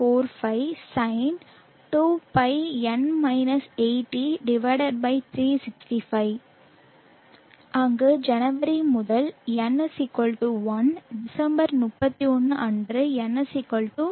45 x sine 2π365 அங்கு ஜனவரி முதல் N 1 டிசம்பர் 31 அன்று N 365